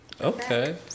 Okay